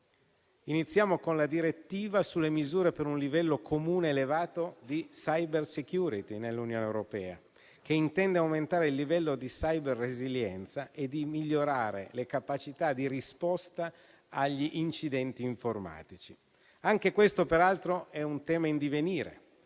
iniziamo dalla direttiva sulle misure per un livello comune elevato di *cybersecurity* nell'Unione europea, che intende aumentare il livello di cyber-resilienza e di migliorare le capacità di risposta agli incidenti informatici. Anche questo, peraltro, è un tema in divenire,